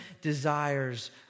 desires